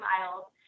Miles